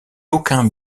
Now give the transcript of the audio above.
aucun